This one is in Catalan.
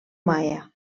maia